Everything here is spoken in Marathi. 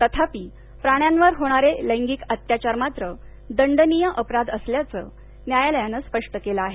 तथापि प्राण्यांवर होणारे लैंगिक अत्याचार मात्र दंडनीय अपराध असल्याचं न्यायलयानं स्पष्ट केलं आहे